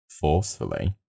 forcefully